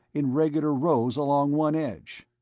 in regular rows along one edge.